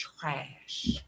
trash